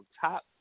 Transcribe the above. top